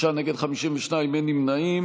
בעד, 35, נגד, 52, אין נמנעים.